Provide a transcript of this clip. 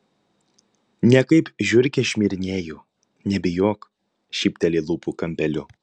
ne kaip žiurkė šmirinėju nebijok šypteli lūpų kampeliu